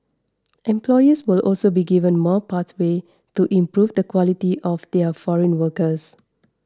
employers will also be given more pathways to improve the quality of their foreign workers